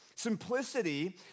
Simplicity